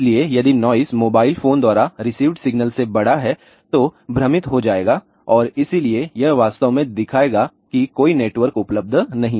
इसलिए यदि noise mobile phone द्वारा रिसीवड सिग्नल से बड़ा है तो भ्रमित हो जाएगा और इसलिए यह वास्तव में दिखाएगा कि कोई नेटवर्क उपलब्ध नहीं है